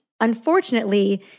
unfortunately